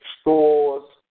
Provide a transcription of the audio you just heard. stores